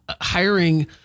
hiring